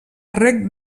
reg